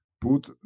Put